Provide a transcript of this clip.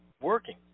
working